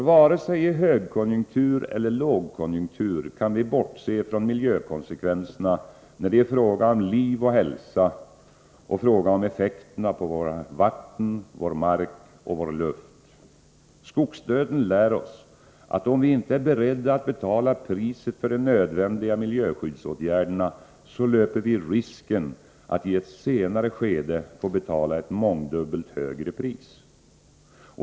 Varken i högkonjunktur eller i lågkonjunktur kan vi bortse från miljökonsekvenserna när det är fråga om liv och hälsa och om effekterna på vårt vatten, vår mark och vår luft. Skogsdöden lär oss att om vi inte är beredda att betala priset för de nödvändiga miljöskyddsåtgärderna, så löper vi risken att i ett senare skede få betala ett mångdubbelt högre pris.